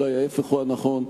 אולי ההיפך הוא הנכון.